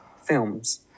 films